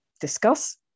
discuss